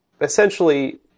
essentially